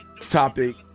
topic